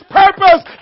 purpose